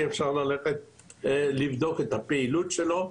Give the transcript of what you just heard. אי אפשר ללכת לבדוק את הפעילות שלו,